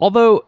although